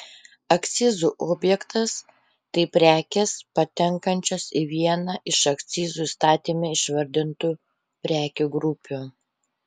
akcizų objektas tai prekės patenkančios į vieną iš akcizų įstatyme išvardintų prekių grupių